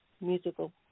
musical